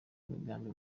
migambi